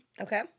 Okay